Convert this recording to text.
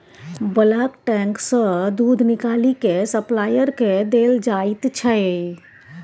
bulk tank सँ दुध निकालि केँ सप्लायर केँ देल जाइत छै